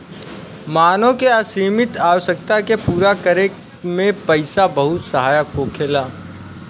मानव के असीमित आवश्यकता के पूरा करे में पईसा बहुत सहायक होखेला